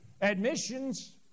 Admissions